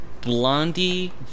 Blondie